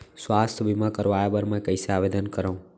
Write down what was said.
स्वास्थ्य बीमा करवाय बर मैं कइसे आवेदन करव?